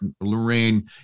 Lorraine